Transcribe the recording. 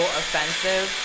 offensive